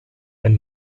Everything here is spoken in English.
and